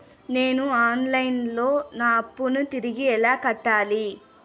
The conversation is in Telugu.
నేను ఆన్ లైను లో నా అప్పును తిరిగి ఎలా కట్టాలి?